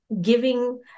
giving